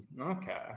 Okay